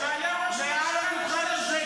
--- שהיה ראש ממשלה לשתי